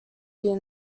here